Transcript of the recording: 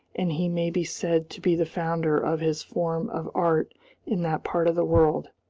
and he may be said to be the founder of his form of art in that part of the world.